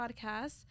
podcasts